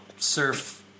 Surf